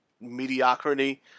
Mediocrity